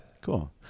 Cool